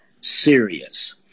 serious